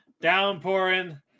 downpouring